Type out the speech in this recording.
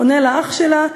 עונה לה אח שלה,